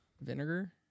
vinegar